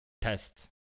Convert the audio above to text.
tests